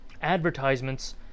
Advertisements